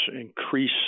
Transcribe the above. increase